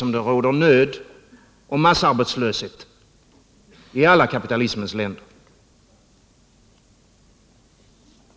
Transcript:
Samtidigt råder nöd och massarbetslöshet i alla kapitalismens länder.